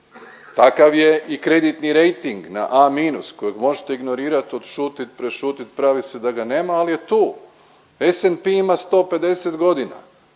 Takav je i kreditni rejting na A- kojeg možete ignorirati, odšutit, prešutit, pravit se da ga nema, ali je tu. SMP ima 150 godina